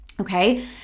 Okay